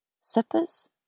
suppers